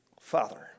Father